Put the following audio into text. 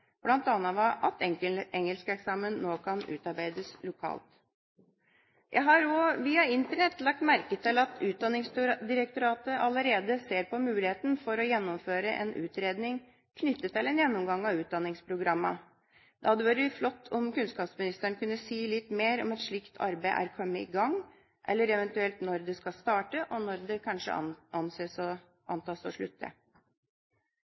at engelskeksamen nå kan utarbeides lokalt. Jeg har også, via Internett, lagt merke til at Utdanningsdirektoratet allerede ser på muligheten for å gjennomføre en utredning knyttet til en gjennomgang av utdanningsprogrammene. Det hadde vært flott om kunnskapsministeren kunne si litt mer om et slikt arbeid er kommet i gang, eller ev. når det skal starte, og når det